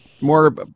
more